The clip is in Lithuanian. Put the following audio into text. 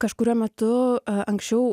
kažkuriuo metu anksčiau